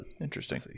Interesting